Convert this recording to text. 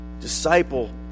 Disciple